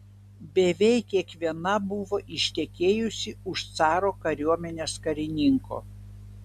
beveik kiekviena buvo ištekėjusi už caro kariuomenės karininko